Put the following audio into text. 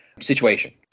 situation